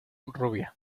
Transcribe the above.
rubia